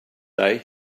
day